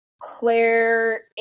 Claire